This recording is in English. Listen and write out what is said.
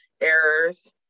errors